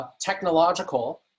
technological